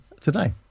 today